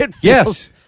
Yes